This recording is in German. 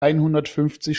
einhundertfünfzig